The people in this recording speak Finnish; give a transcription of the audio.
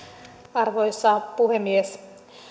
arvoisa puhemies